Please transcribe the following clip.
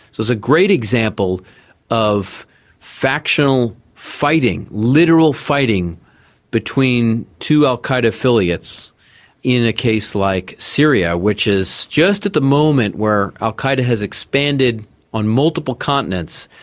so it's a great example of factional fighting, literal fighting between two al qaeda affiliates in a case like syria which is just at the moment where al qaeda has expanded on multiple continents,